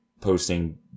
posting